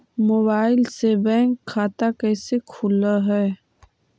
Mobile से bank खाता कैसे खुल है?